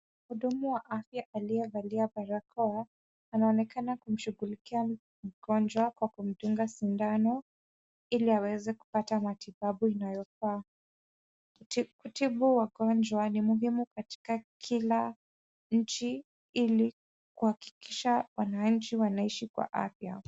Muhudumu wa afya aliyevalia barakoa, anaonekana kumshughulikia mgonjwa kwa kumdunga sindano ili aweze kupata matibabu inayofaa. Kutibu wagonjwa ni muhimu katika kila nchi ili kuhakikisha wananchi wanaishi kwa afya.